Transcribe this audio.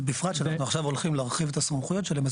ובפרט שאנחנו עכשיו הולכים להרחיב את הסמכויות שלהם,